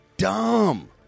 Dumb